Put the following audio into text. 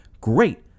great